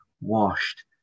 washed